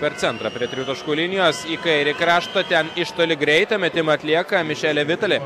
per centrą prie tritaškų linijos į kairį kraštą ten iš toli greitą metimą atlieka mišeli vitali